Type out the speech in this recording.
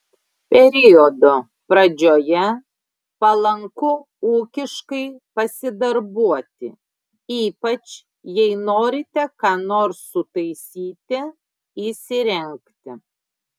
periodo pradžioje palanku ūkiškai pasidarbuoti ypač jei norite ką nors sutaisyti įsirengti